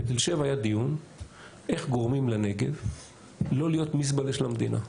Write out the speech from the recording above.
בתל שבע היה דיון איך גורמים לנגב לא להיות מזבלה של המדינה,